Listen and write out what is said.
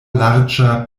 larĝa